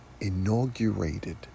inaugurated